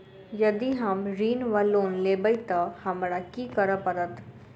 यदि हम ऋण वा लोन लेबै तऽ हमरा की करऽ पड़त?